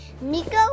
Nico